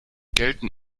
gelten